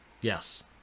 Yes